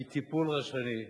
מטיפול רשלני.